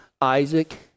Isaac